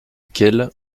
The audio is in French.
cail